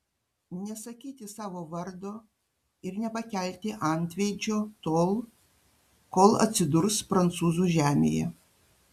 nesakyti savo vardo ir nepakelti antveidžio tol kol atsidurs prancūzų žemėje